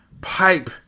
pipe